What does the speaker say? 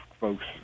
folks